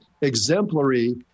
exemplary